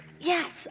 Yes